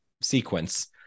sequence